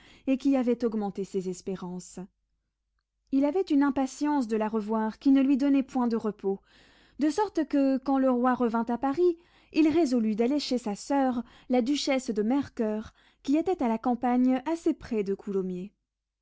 et qui avait augmenté ses espérances il avait une impatience de la revoir qui ne lui donnait point de repos de sorte que quand le roi revint à paris il résolut d'aller chez sa soeur la duchesse de mercoeur qui était à la campagne assez près de coulommiers